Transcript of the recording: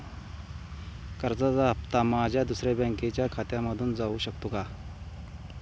कर्जाचा हप्ता माझ्या दुसऱ्या बँकेच्या खात्यामधून जाऊ शकतो का?